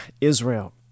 Israel